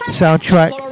soundtrack